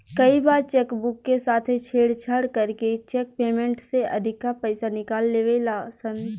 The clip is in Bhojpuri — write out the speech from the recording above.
कई बार चेक बुक के साथे छेड़छाड़ करके चेक पेमेंट से अधिका पईसा निकाल लेवे ला सन